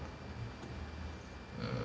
mm